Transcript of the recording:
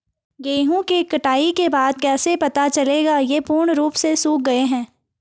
गेहूँ की कटाई के बाद कैसे पता चलेगा ये पूर्ण रूप से सूख गए हैं?